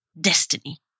destiny